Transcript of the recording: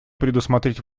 предусмотреть